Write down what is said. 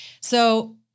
So-